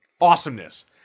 awesomeness